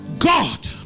God